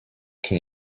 can